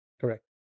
Correct